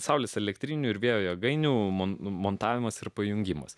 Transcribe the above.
saulės elektrinių ir vėjo jėgainių montavimas ir pajungimas